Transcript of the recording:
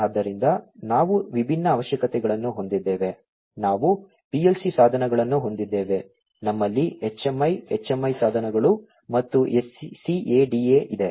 ಆದ್ದರಿಂದ ನಾವು ವಿಭಿನ್ನ ಅವಶ್ಯಕತೆಗಳನ್ನು ಹೊಂದಿದ್ದೇವೆ ನಾವು PLC ಸಾಧನಗಳನ್ನು ಹೊಂದಿದ್ದೇವೆ ನಮ್ಮಲ್ಲಿ HMI HMI ಸಾಧನಗಳು ಮತ್ತು SCADA ಇದೆ